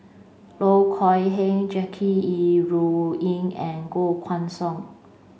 Loh Kok Heng Jackie Yi Ru Ying and Koh Guan Song